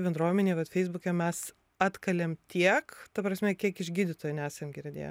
bendruomenėj vat feisbuke mes atkalėm tiek ta prasme kiek iš gydytojų nesam girdėję